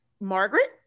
Margaret